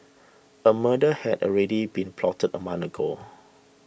a murder had already been plotted a month ago